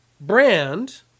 brand